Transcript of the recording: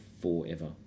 forever